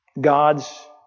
God's